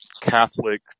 Catholic